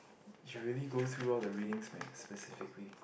she really go through out the readings meh specifically